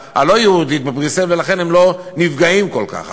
הלא-יהודית בבריסל ולכן הם לא נפגעים כל כך,